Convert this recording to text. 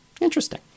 Interesting